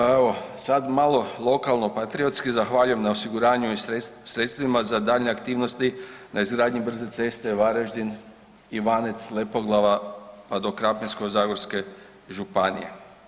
A evo sad bi malo lokalno patriotski, zahvaljujem na osiguranju i sredstvima za daljnje aktivnosti na izgradnji brze ceste Varaždin-Ivanec-Lepoglava, pa do Krapinsko-zagorske županije.